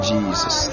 Jesus